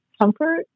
comfort